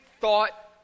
thought